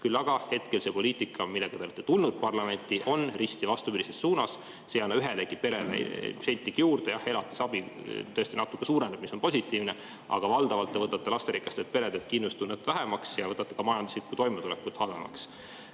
Küll aga hetkel see poliitika, millega te olete tulnud parlamenti, on risti vastupidises suunas: see ei anna ühelegi perele sentigi juurde. Jah, elatisabi tõesti natuke suureneb, mis on positiivne, aga valdavalt te võtate lasterikastelt peredelt kindlustunnet vähemaks ja teete ka majandusliku toimetuleku halvemaks. Olen